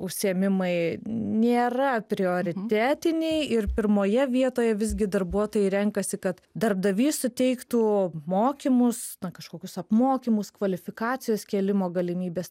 užsiėmimai nėra prioritetiniai ir pirmoje vietoje visgi darbuotojai renkasi kad darbdavys suteiktų mokymus kažkokius apmokymus kvalifikacijos kėlimo galimybes